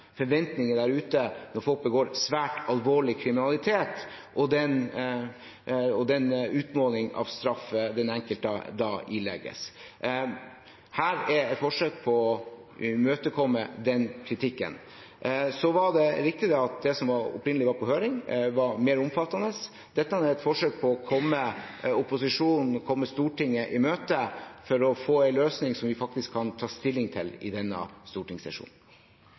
forventninger der ute når folk begår svært alvorlig kriminalitet, og den utmålingen av straff den enkelte da ilegges. Dette er et forsøk på å imøtekomme den kritikken. Så er det riktig at det som opprinnelig var på høring, var mer omfattende. Dette er et forsøk på å komme opposisjonen og Stortinget i møte for å få en løsning som vi faktisk kan ta stilling til i denne stortingssesjonen.